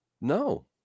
no